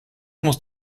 muss